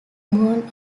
born